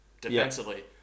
defensively